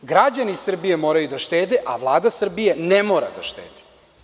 Građani Srbije moraju da štede, a Vlada Srbije ne mora da štedi.